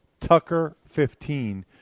Tucker15